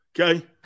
Okay